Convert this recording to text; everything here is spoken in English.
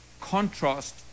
contrast